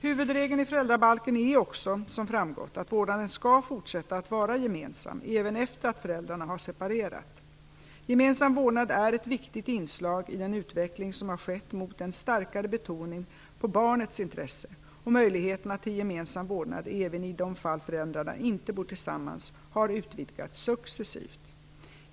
Huvudregeln i föräldrabalken är också, som framgått, att vårdnaden skall fortsätta att vara gemensam även efter att föräldrarna har separerat. Gemensam vårdnad är ett viktigt inslag i den utveckling som har skett mot en starkare betoning på barnets intresse, och möjligheterna till gemensam vårdnad även i de fall föräldrarna inte bor tillsammans har utvidgats successivt.